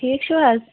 ٹھیٖک چھُو حظ